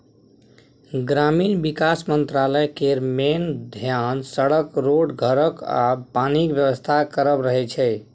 ग्रामीण बिकास मंत्रालय केर मेन धेआन सड़क, रोड, घरक आ पानिक बेबस्था करब रहय छै